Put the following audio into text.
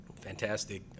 fantastic